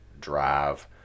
drive